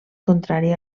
contrari